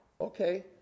Okay